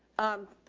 um,